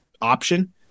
option